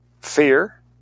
fear